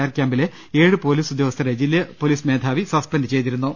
R ക്യാമ്പിലെ ഏഴ് പൊലീസു ദ്യോഗസ്ഥരെ ജില്ലാ പോലീസ് മേധാവി സസ്പെന്റ് ചെയ്തിരു ന്നു